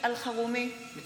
(קוראת בשמות חברי הכנסת) אמיר אוחנה,